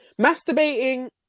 masturbating